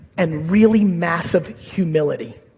and really massive humility.